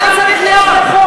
אז זה לא צריך להיות בחוק.